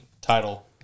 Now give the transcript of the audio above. title